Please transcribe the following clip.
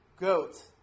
goat